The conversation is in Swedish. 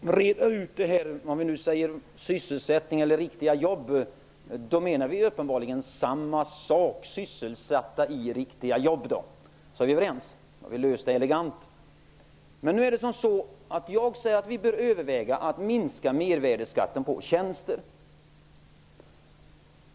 Herr talman! Nu får vi reda ut det här. När vi talar om sysselsättning eller riktiga jobb menar vi uppenbarligen samma sak. Om jag säger ''sysselsatta i riktiga jobb'', är vi överens och har löst problemet elegant. Vi bör överväga att minska mervärdesskatten på tjänster.